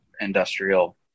industrial